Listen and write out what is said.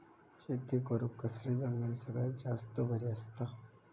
शेती करुक कसली जमीन सगळ्यात जास्त बरी असता?